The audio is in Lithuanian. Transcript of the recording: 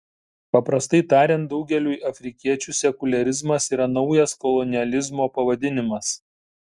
paprastai tariant daugeliui afrikiečių sekuliarizmas yra naujas kolonializmo pavadinimas